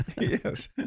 Yes